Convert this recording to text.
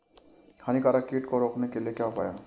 हानिकारक कीट को रोकने के क्या उपाय हैं?